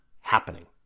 happening